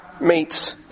meets